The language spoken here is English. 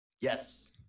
yes